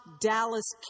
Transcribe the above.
Dallas